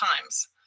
times